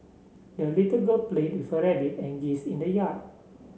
the little girl played with her rabbit and geese in the yard